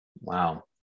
Wow